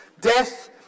Death